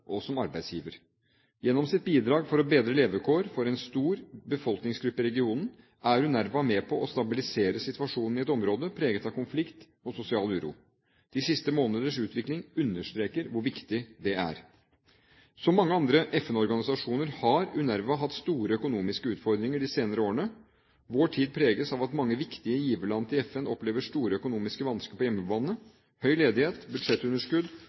som arbeidsgiver. Gjennom sitt bidrag for å bedre levekårene for en stor befolkningsgruppe i regionen er UNRWA med på å stabilisere situasjonen i et område preget av konflikt og sosial uro. De siste måneders utvikling understreker hvor viktig det er. Som mange andre FN-organisasjoner har UNRWA hatt store økonomiske utfordringer de senere årene. Vår tid preges av at mange viktige giverland til FN opplever store økonomiske vansker på hjemmebane. Høy ledighet, budsjettunderskudd